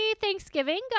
Thanksgiving